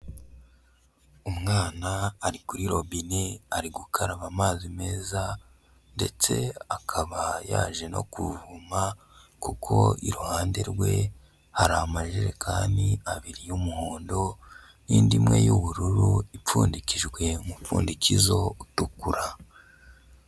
Umwana ari kuri robine, ari gukaraba amazi meza, ndetse akaba yaje no kuvoma kuko iruhande rwe hari amajerekani abiri y'umuhondo n'indi imwe y'ubururu ipfundikijwe umupfundikizo utukura.